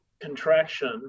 contraction